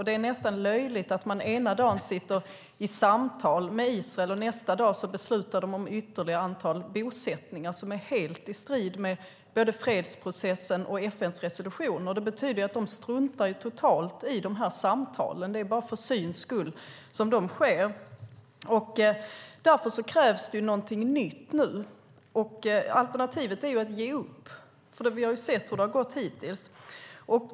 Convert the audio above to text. Det är nästan löjligt att man ena dagen sitter i samtal med Israel och att de nästa dag beslutar om ytterligare antal bosättningar som är helt i strid med både fredsprocessen och FN:s resolution. Det betyder att de struntar totalt i de här samtalen. Det är bara för syns skull som de sker. Därför krävs det någonting nytt nu. Alternativet är att ge upp, för vi har ju sett hur det har gått hittills.